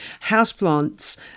houseplants